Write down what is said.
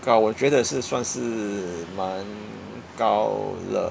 高我觉得是算是蛮高了